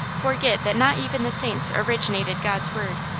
forget that not even the saints originated god s word,